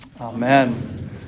Amen